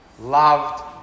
loved